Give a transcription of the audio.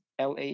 LA